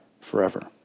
forever